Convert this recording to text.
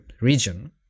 region